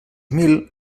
mil